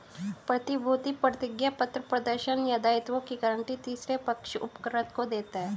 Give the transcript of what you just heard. प्रतिभूति प्रतिज्ञापत्र प्रदर्शन या दायित्वों की गारंटी तीसरे पक्ष उपकृत को देता है